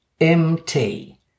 M-T